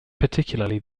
particularly